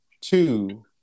two